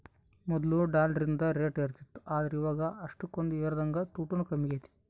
ಮೊದ್ಲು ಡಾಲರಿಂದು ರೇಟ್ ಏರುತಿತ್ತು ಆದ್ರ ಇವಾಗ ಅಷ್ಟಕೊಂದು ಏರದಂಗ ತೊಟೂಗ್ ಕಮ್ಮೆಗೆತೆ